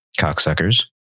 cocksuckers